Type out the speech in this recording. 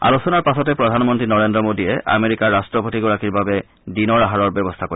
আলোচনাৰ পাছতে প্ৰধানমন্ত্ৰী নৰেন্দ্ৰ মোদীয়ে আমেৰিকাৰ ৰাট্টপতিগৰাকীৰ বাবে দিনৰ আহাৰৰ ব্যৱস্থা কৰিব